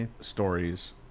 stories